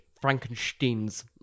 Frankenstein's